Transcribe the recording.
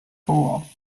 fool